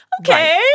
okay